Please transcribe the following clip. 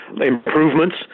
improvements